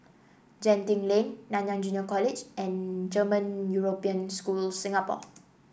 Genting Lane Nanyang Junior College and German European School Singapore